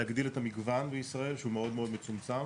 להגדיל את המגוון בישראל שהוא מאוד מאוד מצומצם,